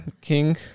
king